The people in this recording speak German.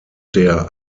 der